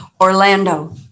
Orlando